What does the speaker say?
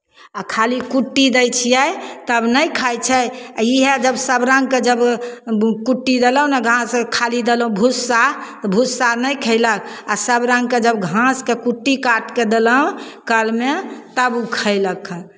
आ खाली कुट्टी दै छियै तब नहि खाइ छै आ इएह जब सभ रङ्गके जब कुट्टी देलहुँ नहि घास खाली देलहुँ भुस्सा भुस्सा नहि खयलक आ सभ रङ्गके जब घासके कुट्टी काटि कऽ देलहुँ कलमे तब ओ खयलक हइ